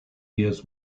years